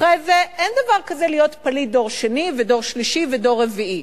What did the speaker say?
אחרי זה אין דבר כזה להיות פליט דור שני ודור שלישי ודור רביעי.